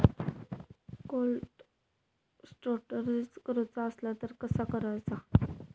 Cold storage करूचा असला तर कसा करायचा?